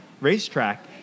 racetrack